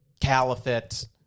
caliphate